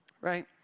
Right